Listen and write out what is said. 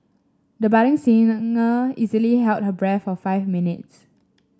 the budding singer easily held her breath for five minutes